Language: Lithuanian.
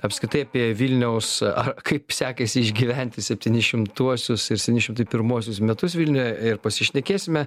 apskritai apie vilniaus ar kaip sekėsi išgyventi septyni šimtuosius ir septyni šimtai pirmuosius metus vilniuje ir pasišnekėsime